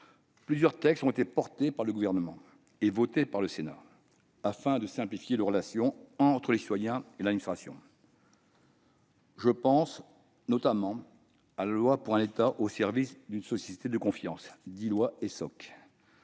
plusieurs textes ont été défendus par le Gouvernement et votés par le Sénat, afin de simplifier les relations entre les citoyens et l'administration. Je pense notamment à la loi de 2018 pour un État au service d'une société de confiance (Essoc).